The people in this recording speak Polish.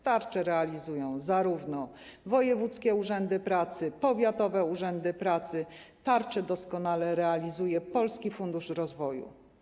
Tarczę realizują zarówno wojewódzkie urzędy pracy, powiatowe urzędy pracy, tarczę doskonale realizuje Polski Fundusz Rozwoju.